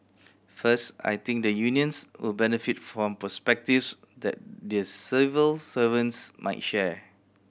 first I think the unions will benefit from perspectives that the civil servants might share